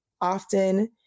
often